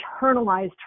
internalized